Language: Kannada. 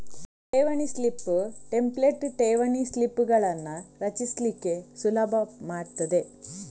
ಠೇವಣಿ ಸ್ಲಿಪ್ ಟೆಂಪ್ಲೇಟ್ ಠೇವಣಿ ಸ್ಲಿಪ್ಪುಗಳನ್ನ ರಚಿಸ್ಲಿಕ್ಕೆ ಸುಲಭ ಮಾಡ್ತದೆ